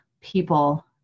people